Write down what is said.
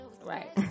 right